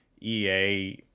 EA